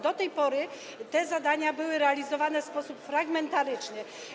Do tej pory te zadania były realizowane w sposób fragmentaryczny.